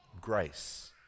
grace